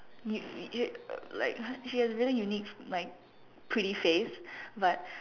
you you like she has really unique like pretty face but